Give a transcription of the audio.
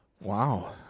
Wow